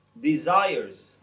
desires